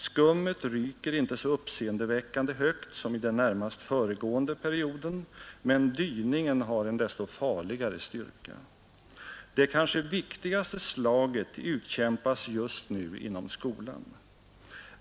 Skummet ryker inte så uppseendeväckande högt som i den närmast föregående perioden, men dyningen har en desto farligare styrka. Det kanske viktigaste slaget utkämpas just nu inom skolan.